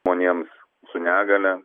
žmonėms su negalia